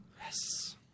Yes